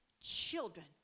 children